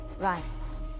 rights